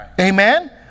Amen